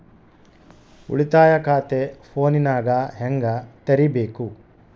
ಉಳಿತಾಯ ಖಾತೆ ಫೋನಿನಾಗ ಹೆಂಗ ತೆರಿಬೇಕು?